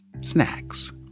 snacks